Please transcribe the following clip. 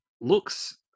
looks